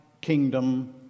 kingdom